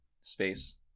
space